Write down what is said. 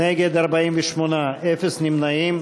נגד, 48, אפס נמנעים.